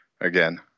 again